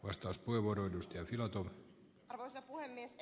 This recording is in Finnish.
vastauspuheenvuoron ja tilat ovat alansa ed